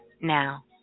now